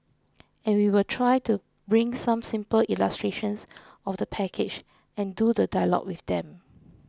and we will try to bring some simple illustrations of the package and do the dialogue with them